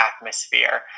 atmosphere